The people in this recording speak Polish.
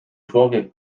człowiek